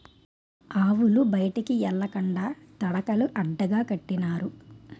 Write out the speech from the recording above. ఆవులు బయటికి ఎల్లకండా తడకలు అడ్డగా కట్టినారు